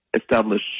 establish